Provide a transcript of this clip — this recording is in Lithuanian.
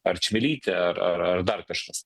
ar čmilytė ar ar ar dar kažkas